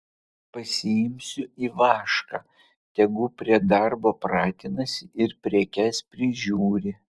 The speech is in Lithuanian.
pasiimsiu ivašką tegu prie darbo pratinasi ir prekes prižiūri